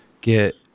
get